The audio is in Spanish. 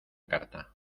carta